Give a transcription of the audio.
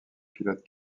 pilote